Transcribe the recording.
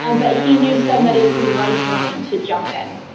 ah but he knew somebody who was willing to jump in.